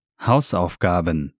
Hausaufgaben